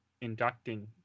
inducting